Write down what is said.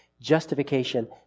Justification